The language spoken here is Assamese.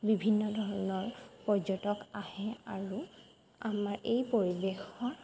বিভিন্ন ধৰণৰ পৰ্যটক আহে আৰু আমাৰ এই পৰিৱেশৰ